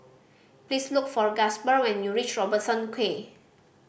please look for Gasper when you reach Robertson Quay